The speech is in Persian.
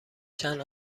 چند